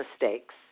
mistakes